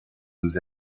nous